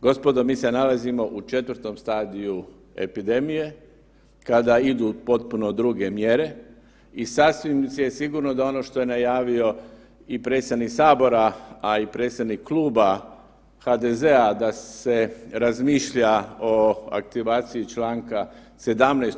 Gospodo, mi se nalazimo u 4. stadiju epidemije kada idu potpuno druge mjere i sasvim je sigurno da ono što je najavio i predsjednik Sabora, a i predsjednik Kluba HDZ-a da se razmišlja o aktivaciji čl. 17.